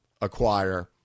acquire